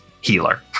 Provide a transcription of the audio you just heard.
healer